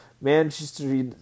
Manchester